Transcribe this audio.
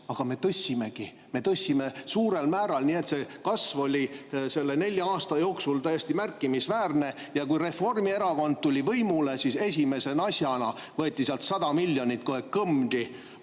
Aga me tõstsimegi! Me tõstsime suurel määral, nii et see kasv oli nelja aasta jooksul täiesti märkimisväärne. Ja kui Reformierakond tuli võimule, siis esimese asjana võeti sealt 100 miljonit eurot kohe kõmdi